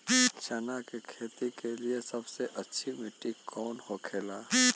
चना की खेती के लिए सबसे अच्छी मिट्टी कौन होखे ला?